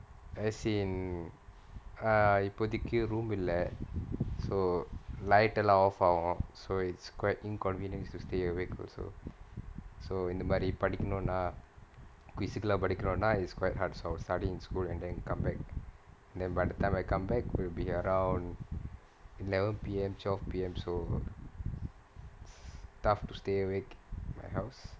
as in uh இப்போதைக்கு:ippothaikku room இல்ல:illa so light எல்லாம்:ellaam off ஆகும்:aagum so it's quite inconvenient to stay awake also so so இந்த மாரி படிக்கனுனா:intha maari padikkanunaa quiz எல்லாம் படிக்கனுனா:ellaam padikkanunaa it's quite hard so I'll study in school and then come back and then by the time I come back will be around eleven P_M twelve P_M so tough to stay awake at my house